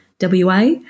WA